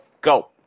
Go